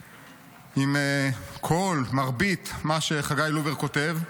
מזדהה עם כל, מרבית, ממה שחגי לובר כותב,